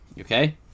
okay